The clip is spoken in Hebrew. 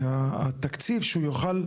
שהתקציב שהוא יוכל,